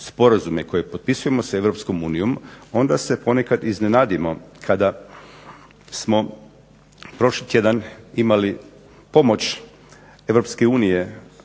koje potpisujemo s Europskom unijom, onda se ponekad iznenadimo, kada smo prošli tjedan imali pomoć